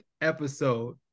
episode